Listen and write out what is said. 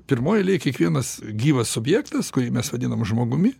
pirmoj eilėj kiekvienas gyvas objektas kurį mes vadinam žmogumi